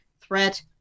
threat